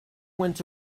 went